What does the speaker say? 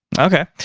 okay,